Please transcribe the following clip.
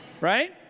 right